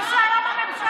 חשבתי שהיום הממשלה נופלת.